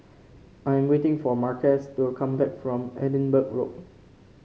I am waiting for Marques to come back from Edinburgh Road